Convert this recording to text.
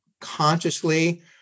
consciously